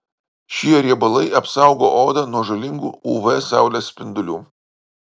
šie riebalai apsaugo odą nuo žalingų uv saulės spindulių